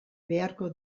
beharko